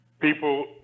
people